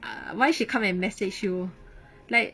ah why she come and message you like